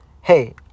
Hey